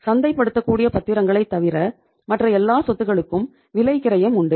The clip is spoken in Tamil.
சந்தை படுத்த கூடிய பத்திரங்களை தவிர மற்ற எல்லா சொத்துக்களுக்கும் விலை கிரையம் உண்டு